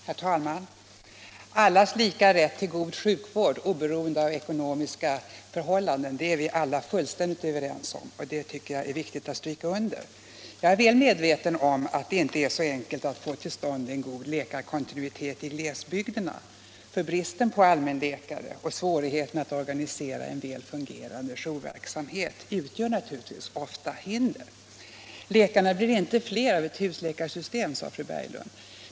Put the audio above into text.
Herr talman! Allas lika rätt till god sjukvård oberoende av ekonomiska förhållanden är vi alla fullständigt överens om. Det är viktigt att stryka under det. Jag är väl medveten om att det inte är så enkelt att få till stånd en god läkarkontinuitet i glesbygderna. Bristen på allmänläkare och svårigheten att organisera en väl fungerande jourverksamhet utgör naturligtvis ofta hinder. Läkarna blir inte fler av ett husläkarsystem, sade fru Berglund.